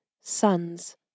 sons